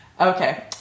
Okay